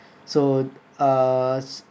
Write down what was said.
so uh